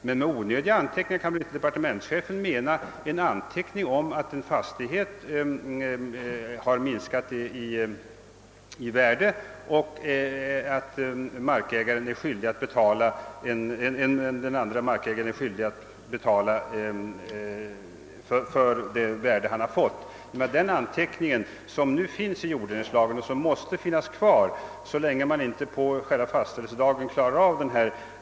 Men departementschefen kan väl inte mena att en anteckning om att en fastighet har minskat i värde skulle vara onödig och att den nye markägaren skall vara ovetande om att fastigheten har minskat i värde. Den anteckning som nu görs enligt bestämmelse i jorddelningslagen måste finnas kvar så länge man inte på fastställelsedagen klarar av affären.